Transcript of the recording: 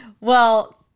Well-